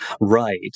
Right